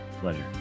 Pleasure